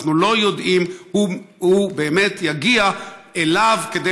אנחנו לא יודעים אם הוא באמת יגיע כדי